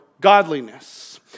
godliness